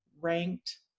ranked